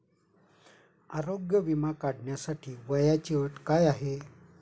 आरोग्य विमा काढण्यासाठी वयाची अट काय आहे?